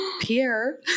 Pierre